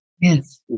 Yes